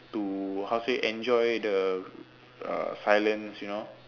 to how say enjoy the uh silence you know